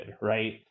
right